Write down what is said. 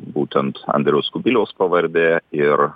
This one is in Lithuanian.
būtent andriaus kubiliaus pavardė ir